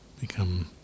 become